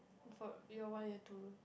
for year one year two